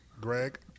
Greg